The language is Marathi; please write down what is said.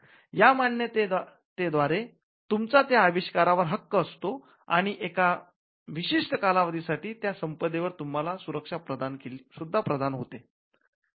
या मान्यते द्वारे तुमचा त्या अविष्कारावर हक्क असतो आणि एका विशिष्ट कालावधी साठी त्या संपदेवर तूम्हाला सुरक्षा सुद्धा प्रदान होते